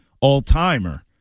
all-timer